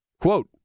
Quote